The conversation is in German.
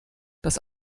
das